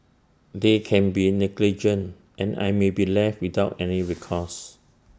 they can be negligent and I may be left without any recourse